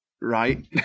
right